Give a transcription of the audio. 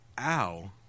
ow